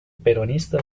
peronista